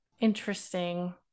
interesting